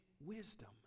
wisdom